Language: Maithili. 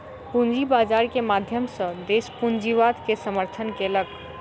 पूंजी बाजार के माध्यम सॅ देस पूंजीवाद के समर्थन केलक